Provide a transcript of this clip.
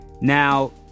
Now